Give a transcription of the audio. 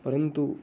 परन्तु